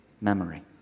memory